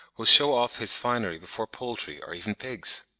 will shew off his finery before poultry, or even pigs.